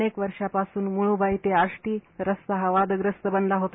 अनेक वर्षांपासून मुळूबाई ते आष्टी या हा रस्ता वादग्रस्त बनला होता